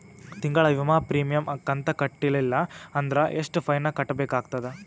ತಿಂಗಳ ವಿಮಾ ಪ್ರೀಮಿಯಂ ಕಂತ ಕಟ್ಟಲಿಲ್ಲ ಅಂದ್ರ ಎಷ್ಟ ಫೈನ ಕಟ್ಟಬೇಕಾಗತದ?